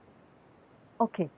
okay yes uh